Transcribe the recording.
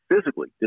physically